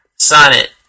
Sonnet